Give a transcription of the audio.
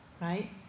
right